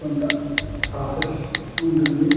కొంత ప్రాసెస్ ఉంటుంది